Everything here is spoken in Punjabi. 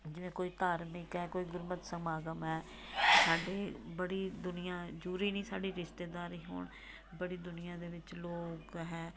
ਜਿਵੇਂ ਕੋਈ ਧਾਰਮਿਕ ਹੈ ਕੋਈ ਗੁਰਮਤਿ ਸਮਾਗਮ ਹੈ ਸਾਡੇ ਬੜੀ ਦੁਨੀਆ ਜ਼ਰੂਰੀ ਨਹੀਂ ਸਾਡੇ ਰਿਸ਼ਤੇਦਾਰ ਹੀ ਹੋਣ ਬੜੀ ਦੁਨੀਆ ਦੇ ਵਿੱਚ ਲੋਕ ਹੈ